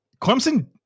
Clemson